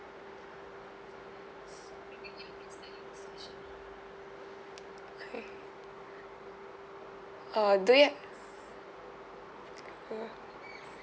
okay err do you h~ hmm